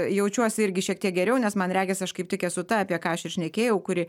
jaučiuosi irgi šiek tiek geriau nes man regis aš kaip tik esu ta apie ką aš ir šnekėjau kuri